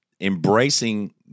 embracing